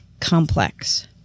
complex